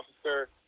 officer